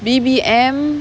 mmhmm